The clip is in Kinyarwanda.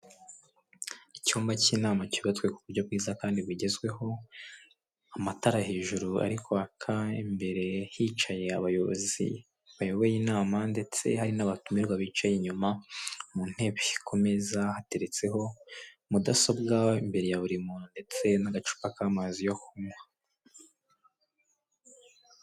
Icyumba cy'inama cyubatswe ku buryo bwiza kandi bugezweho amatara hejuru arikwaka imbere hicaye abayobozi bayoboye inama ndetse hari n'abatumirwa bicaye inyuma mu ntebe ku meza hateretseho mudasobwa imbere ya buri muntu ndetse n'agacupa k'amazi yo kunywa.